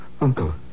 Uncle